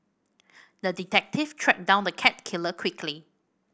the detective tracked down the cat killer quickly